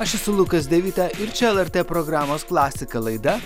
aš esu lukas devita ir čia lrt programos klasika laida